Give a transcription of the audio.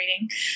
reading